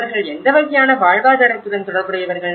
அவர்கள் எந்த வகையான வாழ்வாதாரத்துடன் தொடர்புடையவர்கள்